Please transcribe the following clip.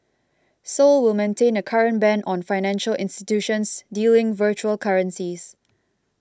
seoul will maintain a current ban on all financial institutions dealing virtual currencies